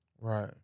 Right